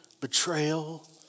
betrayal